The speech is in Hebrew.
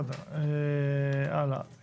טוב, הלאה.